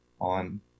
on